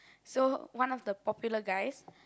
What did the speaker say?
so one of the popular guys